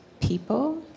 people